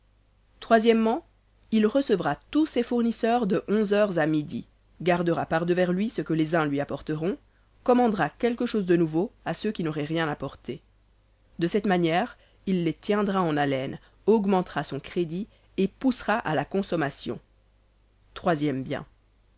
o il recevra tous ses fournisseurs de onze heures à midi gardera par devers lui ce que les uns lui apporteront commandera quelque chose de nouveau à ceux qui n'auraient rien apporté de cette manière il les tiendra en haleine augmentera son crédit et poussera à la consommation troisième bien